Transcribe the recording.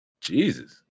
Jesus